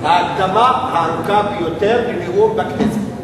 ההקדמה הארוכה ביותר לנאום בכנסת.